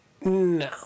No